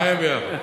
שניהם ביחד.